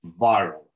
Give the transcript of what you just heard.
viral